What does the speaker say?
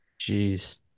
Jeez